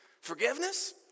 Forgiveness